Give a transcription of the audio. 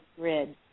grid